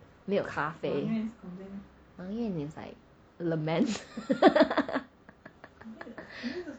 没有咖啡埋怨 is like lament